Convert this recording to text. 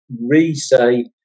re-say